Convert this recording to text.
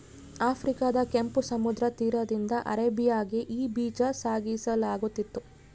ಆಫ್ರಿಕಾದ ಕೆಂಪು ಸಮುದ್ರ ತೀರದಿಂದ ಅರೇಬಿಯಾಗೆ ಈ ಬೀಜ ಸಾಗಿಸಲಾಗುತ್ತಿತ್ತು